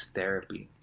Therapy